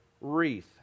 wreath